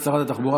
החוק,